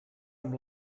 amb